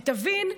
שתבין,